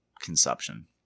consumption